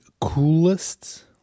coolest